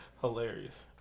hilarious